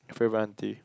your favourite aunty